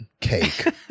cake